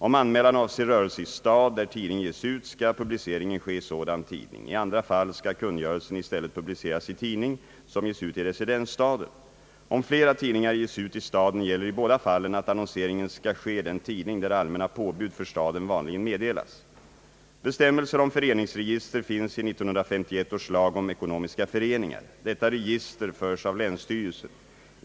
Om anmälan avser rörelse i stad, där tidning ges ut, skall publiceringen ske i sådan tidning. I andra fall skall kungörelsen i stället publiceras i tidning som ges ut i residensstaden. Om flera tidningar ges ut i staden, gäller i båda fallen att annonseringen skall ske i den tidning där allmänna påbud för staden vanligen meddelas. Bestämmelser om föreningsregister finns i 1951 års lag om ekonomiska föreningar. Detta register förs av länsstyrelsen.